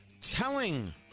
Telling